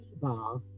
ball